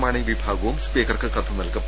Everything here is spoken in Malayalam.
മാണി വിഭാഗവും സ്പീക്കർക്ക് കത്ത് നൽകും